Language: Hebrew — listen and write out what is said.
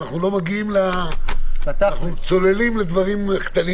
אנחנו צוללים לדברים קטנים